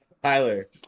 Tyler